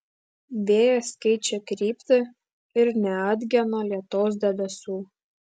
vėjas keičia kryptį ir neatgena lietaus debesų